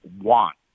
want